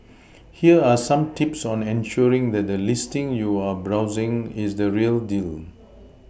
here are some tips on ensuring that the listing you are browsing is the real deal